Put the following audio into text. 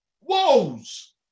Woes